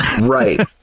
Right